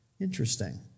Interesting